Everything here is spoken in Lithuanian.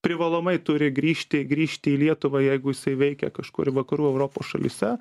privalomai turi grįžti grįžti į lietuvą jeigu jisai veikia kažkur vakarų europos šalyse